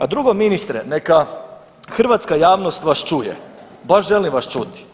A drugo, ministre, neka hrvatska javnost vas čuje, baš želim vas čuti.